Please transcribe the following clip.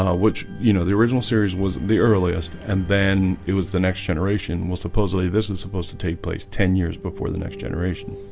which you know the original series was the earliest and then it was the next generation well supposedly this is supposed to take place ten years before the next generation.